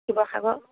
Sivasagar